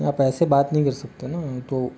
आप ऐसे बात नहीं कर सकते ना तो